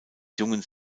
jungen